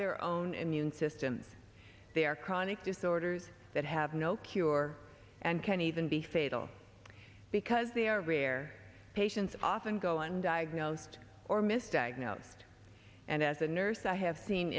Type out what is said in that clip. their own immune systems they are chronic disorders that have no cure and can even be fatal because they are rare patients often go on diagnosed or misdiagnosed and as a nurse i have seen